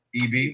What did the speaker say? eb